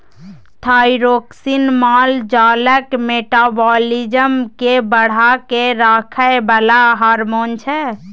thyroxine माल जालक metabolism केँ बढ़ा कए राखय बला हार्मोन छै